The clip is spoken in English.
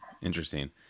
Interesting